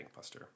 bankbuster